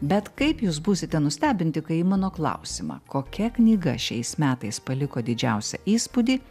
bet kaip jūs būsite nustebinti kai į mano klausimą kokia knyga šiais metais paliko didžiausią įspūdį